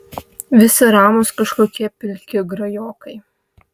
visi ramūs kažkokie pilki grajokai